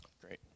Great